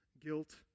guilt